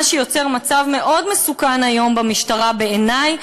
מה שיוצר מצב מאוד מסוכן היום במשטרה בעיני,